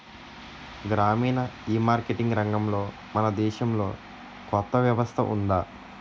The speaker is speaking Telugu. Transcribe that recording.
గ్రామీణ ఈమార్కెటింగ్ రంగంలో మన దేశంలో కొత్త వ్యవస్థ ఉందా?